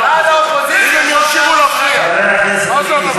ואז האופוזיציה,